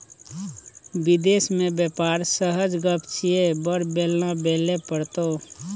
विदेश मे बेपार सहज गप छियै बड़ बेलना बेलय पड़तौ